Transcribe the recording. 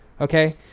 Okay